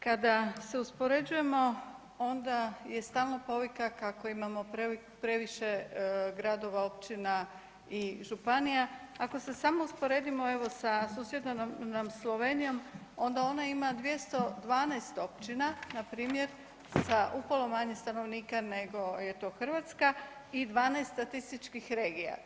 Kada se uspoređujemo onda je stalno povika kako imamo previše gradova, općina i županija, ako se samo usporedimo evo sa susjednom nam Slovenijom onda ona ima 212 općina npr. sa upola manje stanovnika nego je to Hrvatska i 12 statističkih regija.